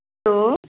hello